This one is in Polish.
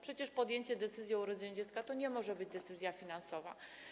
Przecież decyzja o urodzeniu dziecka to nie może być decyzja finansowa.